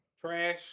Trash